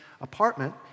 apartment